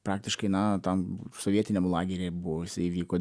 praktiškai na tam sovietiniam lageryje buvo jisai įvyko